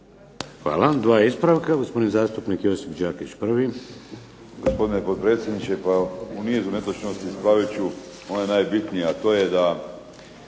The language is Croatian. Hvala. Dva ispravka. Gospodin zastupnik Josip Đakić, prvi.